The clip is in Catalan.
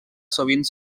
sovint